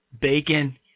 bacon